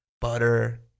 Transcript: butter